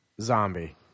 Zombie